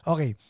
Okay